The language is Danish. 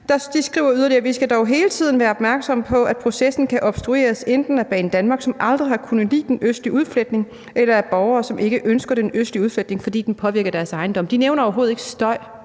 – skriver yderligere, at man hele tiden dog skal være opmærksom på, at processen kan obstrueres enten af Banedanmark, som aldrig har kunnet lide den østlige udfletning, eller af borgere, som ikke ønsker den østlige udfletning, fordi den påvirker deres ejendom. De nævner overhovedet ikke støj